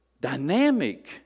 dynamic